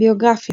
ביוגרפיה